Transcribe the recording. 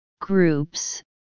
groups